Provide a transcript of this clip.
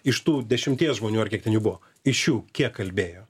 iš tų dešimties žmonių ar kiek ten jų buvo iš jų kiek kalbėjo